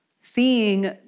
Seeing